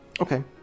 Okay